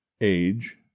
age